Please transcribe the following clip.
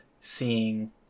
seeing